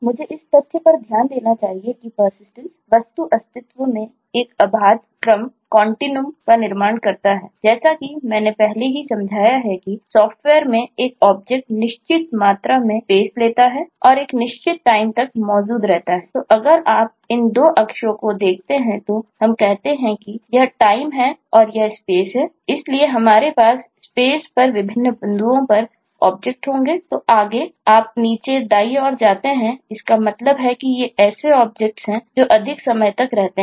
मुझे इस तथ्य पर ध्यान देना चाहिए कि पर्सिस्टेन्स तक का समय काल अधिक हैं